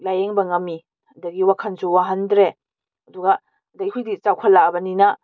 ꯂꯥꯏꯌꯦꯡꯕ ꯉꯝꯃꯤ ꯑꯗꯒꯤ ꯋꯥꯈꯟꯁꯨ ꯋꯥꯍꯟꯗ꯭ꯔꯦ ꯑꯗꯨꯒ ꯑꯗꯒꯤ ꯍꯨꯖꯤꯛꯇꯤ ꯆꯥꯎꯈꯠꯂꯛꯑꯕꯅꯤꯅ